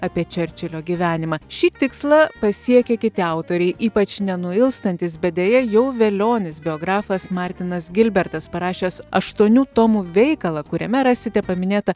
apie čerčilio gyvenimą šį tikslą pasiekia kiti autoriai ypač nenuilstantis bet deja jau velionis biografas martinas gilbertas parašęs aštuonių tomų veikalą kuriame rasite paminėtą